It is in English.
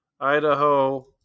Idaho